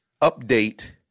update